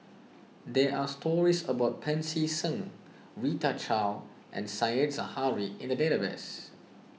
there are stories about Pancy Seng Rita Chao and Said Zahari in the database